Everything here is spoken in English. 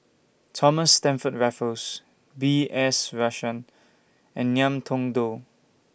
Thomas Stamford Raffles B S Rajhans and Ngiam Tong Dow